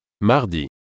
Mardi